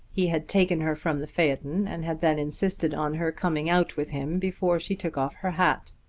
he had taken her from the phaeton and had then insisted on her coming out with him before she took off her hat.